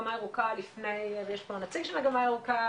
במגמה ירוקה ויש פה נציג של מגמה ירוקה,